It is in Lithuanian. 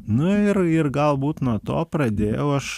nu ir ir galbūt nuo to pradėjau aš